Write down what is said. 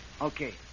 Okay